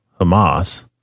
Hamas